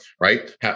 right